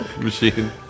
machine